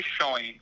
showing